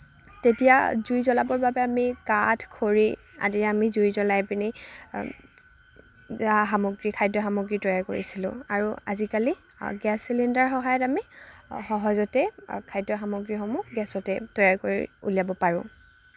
তেতিয়া জুই জ্বলাবৰ বাবে আমি কাঠ খৰি আদিৰে আমি জুই জ্বলাইপিনি সামগ্ৰী খাদ্য সামগ্ৰী তৈয়াৰ কৰিছিলোঁ আৰু আজিকালি গেছ চিলিণ্ডাৰৰ সহায়ত আমি সহজতে খাদ্য সামগ্ৰীসমূহ গেছতেই তৈয়াৰ কৰি উলিয়াব পাৰোঁ